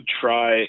try